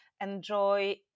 enjoy